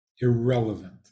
Irrelevant